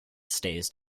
stays